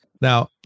Now